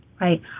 right